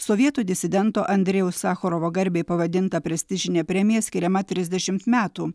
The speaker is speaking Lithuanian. sovietų disidento andrejaus sachorovo garbei pavadinta prestižinė premija skiriama trisdešimt metų